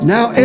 Now